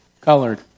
colored